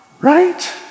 right